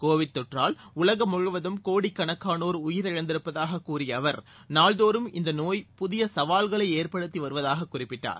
Covid தொற்றால் உலகம் முழுவதும் கோடிக்கணக்கானோர் உயிரிழந்திருப்பதாக கூறிய அவர் நாள்தோறும் இந்த நோய் புதிய சவால்களை ஏற்படுத்தி வருவதாக குறிப்பிட்டார்